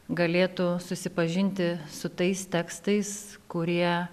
galėtų susipažinti su tais tekstais kurie